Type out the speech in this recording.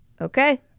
Okay